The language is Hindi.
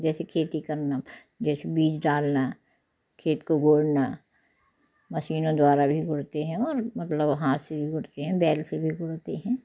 जैसे खेती करना जैसे बीज डालना खेत को गोड़ना मशीनों द्वारा भी गोड़ते हैं और मतलब हाथ से भी गोड़ते हैं बैल से गोड़ते हैं